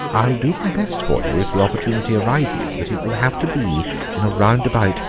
i'll do my best for you, if the opportunity arises, but it will have to be in a roundabout,